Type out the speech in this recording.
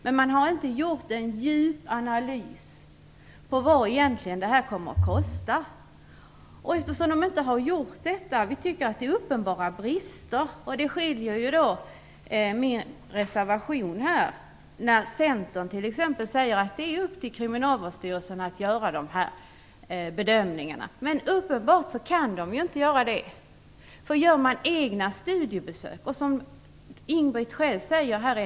Man har dock inte gjort någon djup analys av vad det här egentligen kommer att kosta. Vi tycker att det är uppenbara brister. Centern säger t.ex. att det är upp till Kriminalvårdsstyrelsen att göra de här bedömningarna, men det kan den uppenbarligen inte göra. Om de har gjort egna studiebesök, måste de ha gjort en felbedömning.